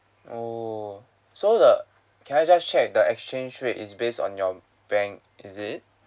oo so the can I just check the exchange rate is based on your bank is it